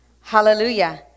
Hallelujah